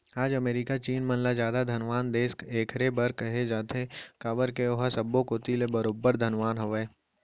आज अमेरिका चीन मन ल जादा धनवान देस एकरे बर कहे जाथे काबर के ओहा सब्बो कोती ले बरोबर धनवान हवय